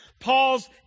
Paul's